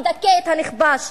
מדכא את הנכבש,